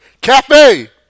Cafe